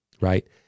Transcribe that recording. right